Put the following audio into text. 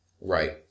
right